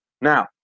Now